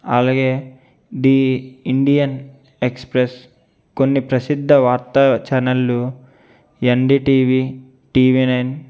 అలాగే the Indian Express కొన్ని ప్రసిద్ధ వార్తా చానళ్లు ఎన్డీ టీవీ టీవీ నైన్